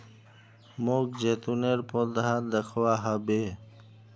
मोक जैतूनेर पौधा दखवा ह बे